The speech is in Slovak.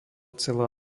celá